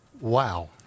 Wow